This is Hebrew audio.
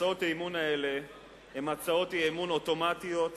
הצעות האי-אמון האלה הן הצעות אי-אמון אוטומטיות,